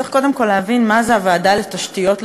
צריך קודם כול להבין מה זה הוועדה לתשתיות לאומיות.